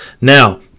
Now